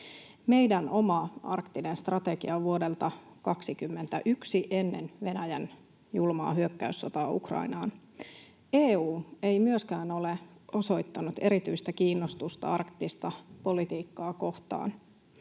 Meidän oma arktinen strategiamme on vuodelta 21 ennen Venäjän julmaa hyökkäyssotaa Ukrainaan. EU ei myöskään ole osoittanut erityistä kiinnostusta arktista politiikkaa kohtaan.